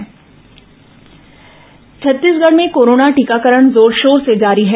corona टीकाकरण छत्तीसगढ़ में corona टीकाकरण जोरशोर से जारी है